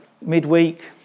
midweek